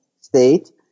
state